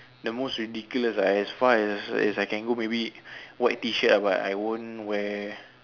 the most ridiculous ah as far as as i can go maybe white t shirt ah but i won't wear